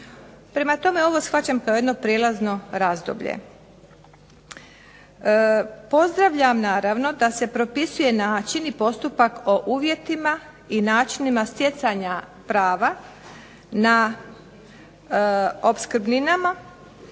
Prema tome, ovo shvaćam kao jedno prijelazno razdoblje. Pozdravljam naravno da se propisuje način i postupak o uvjetima i načinima stjecanja prava na opskrbninama,